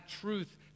truth